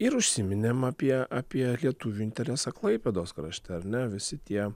ir užsiminėm apie apie lietuvių interesą klaipėdos krašte ar ne visi tie